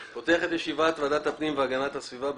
אני פותח את ישיבת ועדת הפנים והגנת הסביבה.